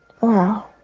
Wow